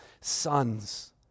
sons